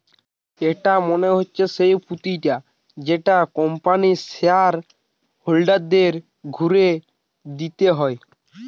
এটা মনে হচ্ছে সেই পুঁজিটা যেটা কোম্পানির শেয়ার হোল্ডারদের ঘুরে দিতে হয়